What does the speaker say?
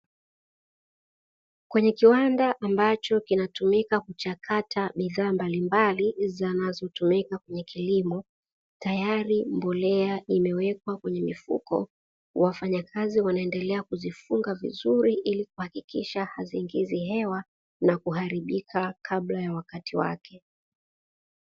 Kwenye kiwanda ambacho kinatumika kuchakata bidhaa mbalimbali zinazotumika kwenye kilimo, tayari mbolea imewekwa kwenye mifuko wafanyakazi wanaendelea kuzifunga vizuri, ili kuhakikisha haziingizi hewa na kuharibika kabla ya wakati wake.